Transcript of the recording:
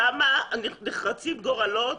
שם נחרצים גורלות